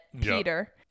Peter